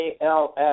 ALS